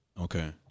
Okay